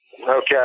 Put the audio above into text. Okay